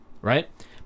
Right